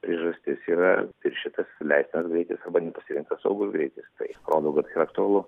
priežastis yra viršytas leistinas greitis arba nepasirin saugus greitis tai rodo kad yra aktualu